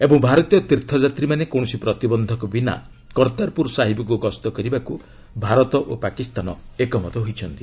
ଏବଂ ଭାରତୀୟ ତୀର୍ଥଯାତ୍ରୀମାନେ କକିଣସି ପ୍ରତିବନ୍ଧକ ବିନା କର୍ତ୍ତାରପୁର ସାହିବ୍କୁ ଗସ୍ତ କରିବାକୁ ଭାରତ ଓ ପାକିସ୍ତାନ ଏକମତ ହୋଇଛନ୍ତି